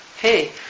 hey